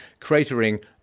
cratering